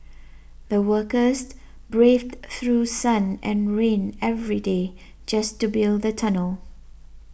the workers braved through sun and rain every day just to build the tunnel